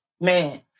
man